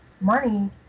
money